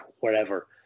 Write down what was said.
wherever